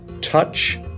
touch